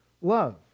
love